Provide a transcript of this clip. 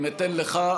אם אתן לך,